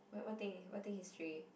what what thing what thing history